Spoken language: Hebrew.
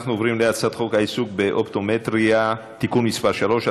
אנחנו עוברים להצעת חוק העיסוק באופטומטריה (תיקון מס' 3),